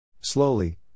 Slowly